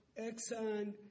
Exxon